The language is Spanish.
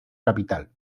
capital